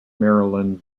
maryland